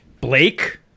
Blake